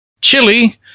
chili